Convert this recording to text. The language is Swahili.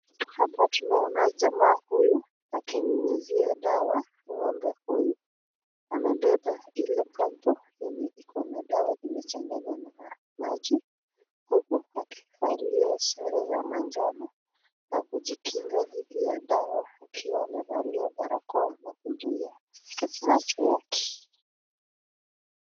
Hapa tunaona jamaa huyu akinyunyuzia dawa ng'ombe huyu, anabeba ile pampu yenye iko na dawa imechanganywa na maji huku akivalia sare za manjano na kujikinga dhidi ya dawa akiwa amevalia barakoa na kuzuia macho yake.